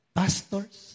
pastors